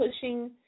pushing